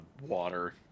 water